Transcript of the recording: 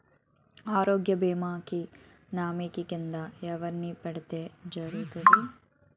ఆరోగ్య భీమా కి నామినీ కిందా ఎవరిని పెట్టడం జరుగతుంది?